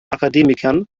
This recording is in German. akademikern